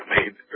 made